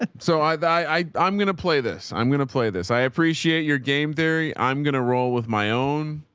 ah so i i i'm going to play this. i'm going to play this. i appreciate your game there. yeah i'm going to roll with my own.